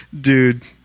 Dude